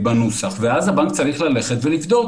בנוסח, ואז הבנק צריך ללכת ולבדוק,